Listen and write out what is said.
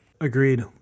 Agreed